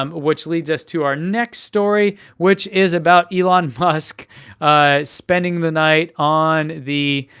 um which leads us to our next story, which is about elon musk spending the night on the